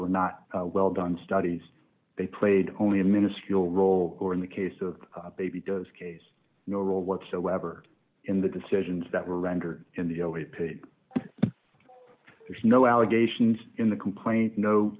were not well done studies they played only a minuscule role or in the case of a baby does case no role whatsoever in the decisions that were rendered in the only paid there's no allegations in the complaint no